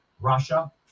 Russia